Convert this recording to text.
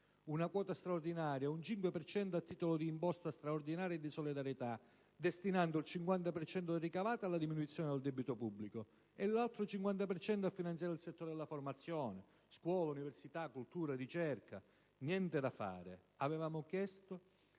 una quota straordinaria, un 5 per cento a titolo di imposta straordinaria e di solidarietà, destinando il 50 per cento del ricavato alla diminuzione del debito pubblico e l'altro 50 per cento a finanziare il settore della formazione (scuola, università, cultura e ricerca). Niente da fare. Avevamo chiesto